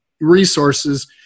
Resources